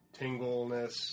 tingleness